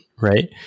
right